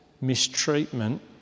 mistreatment